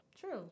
true